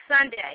Sunday